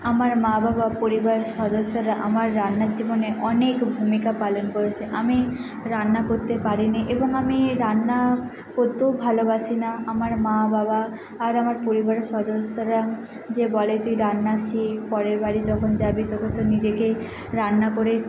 আমার মা বাবা পরিবারের সদস্যরা আমার রান্নার জীবনে অনেক ভূমিকা পালন করেছে আমি রান্না করতে পারি নি এবং আমি এই রান্না করতেও ভালোবাসি না আমার মা বাবা আর আমার পরিবারের সদস্যরা যে বলে তুই রান্না শেখ পরের বাড়ি যখন যাবি তখন তো নিজেকেই রান্না করে